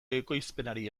ekoizpenari